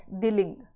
dealing